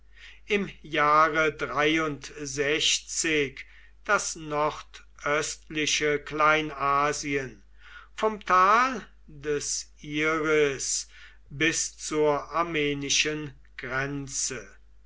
im jahre das nordöstliche kleinasien vom tal des iris bis zur armenischen grenze